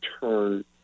turn